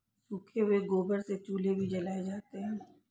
सूखे हुए गोबर से चूल्हे भी जलाए जाते हैं